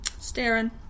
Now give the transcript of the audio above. Staring